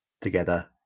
Together